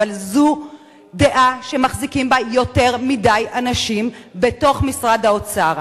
אבל זו דעה שמחזיקים בה יותר מדי אנשים במשרד האוצר.